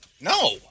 No